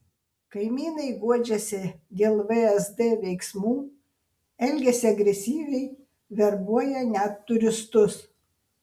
kaimynai guodžiasi dėl vsd veiksmų elgiasi agresyviai verbuoja net turistus